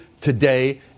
today